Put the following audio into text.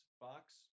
box